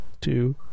two